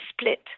split